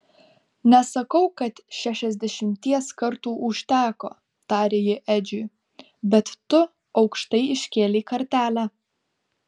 nesakau kad šešiasdešimties kartų užteko tarė ji edžiui bet tu aukštai iškėlei kartelę